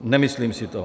Nemyslím si to.